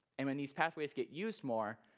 and when these pathways get used more,